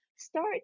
start